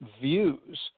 views